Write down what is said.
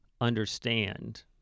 understand